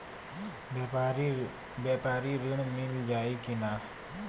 व्यापारी ऋण मिल जाई कि ना?